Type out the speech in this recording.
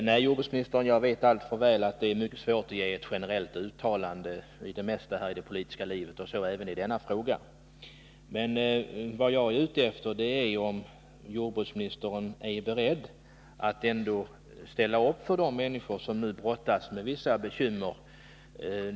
Herr talman! Nej, jag vet alltför väl, herr jordbruksminister, att det är mycket svårt att göra ett generellt uttalande. Det gäller beträffande det mesta i det politiska livet, så även i denna fråga. Men vad jag är ute efter är om jordbruksministern är beredd att ställa upp för de människor som nu brottas med vissa bekymmer.